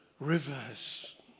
rivers